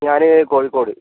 ഞാൻ കോഴിക്കോട്